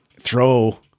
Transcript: throw